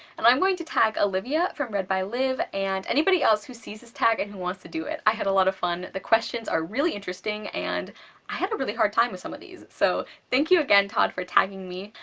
and i am going to tag olivia from readbyliv and anybody else who sees this tag and who wants to do it. i had a lot of fun, the questions are really interesting and i had a really hard time with some of these so thank you again todd for tagging me.